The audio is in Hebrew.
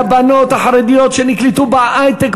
והבנות החרדיות שנקלטו בהיי-טק,